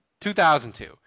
2002